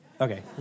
Okay